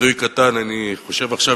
וידוי קטן: אני חושב עכשיו,